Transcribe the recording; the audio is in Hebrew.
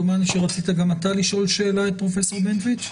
דומני שרצית גם אתה לשאול שאלה את פרופסור בנטואיץ.